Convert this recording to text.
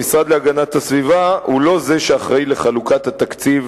המשרד להגנת הסביבה הוא לא זה שאחראי לחלוקת התקציב